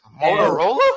Motorola